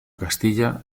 castilla